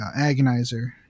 Agonizer